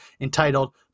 entitled